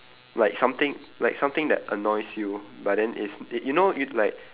like something like something that annoys you but then it's y~ you know you'd like